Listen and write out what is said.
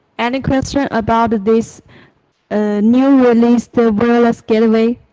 and and question about this ah new released wireless gateway?